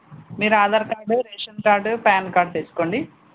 మీరు Aadhaar card ration card PAN card తెచ్చుకోండి